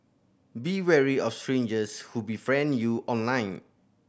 be wary of strangers who befriend you online